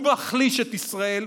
הוא מחליש את ישראל,